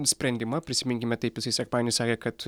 sprendimą prisiminkime taip jisai sekmadienį sakė kad